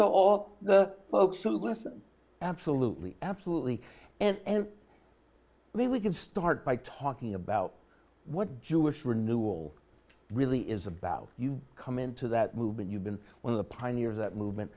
to all the folks who listen absolutely absolutely and we we can start by talking about what jewish renewal really is about you come into that movement you've been one of the pioneers that movement